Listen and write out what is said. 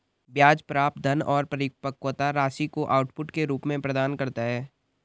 ब्याज प्राप्त धन और परिपक्वता राशि को आउटपुट के रूप में प्रदान करता है